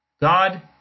God